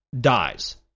dies